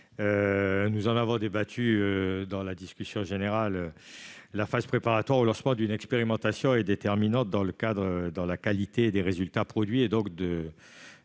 souligné au cours de la discussion générale, la phase préparatoire au lancement d'une expérimentation est déterminante pour la qualité des résultats produits, donc